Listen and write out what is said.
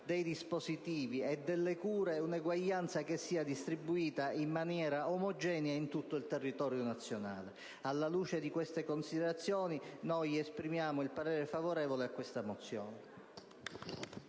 dei dispositivi e delle cure: una erogazione che sia distribuita in maniera omogenea in tutto il territorio nazionale. Alla luce di queste considerazioni, annunciamo il voto favorevole su questa mozione.